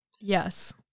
Yes